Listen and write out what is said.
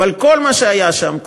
כל מה שהיה שם,